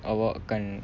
awak akan